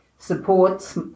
supports